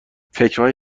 فکرهای